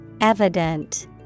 Evident